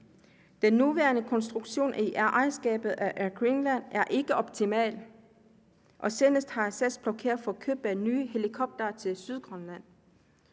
Den nuværende ejerskabskonstruktion i Air Greenland er ikke optimal, og senest har SAS blokeret for køb af nye helikoptere til Sydgrønland.